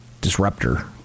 disruptor